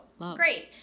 great